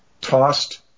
tossed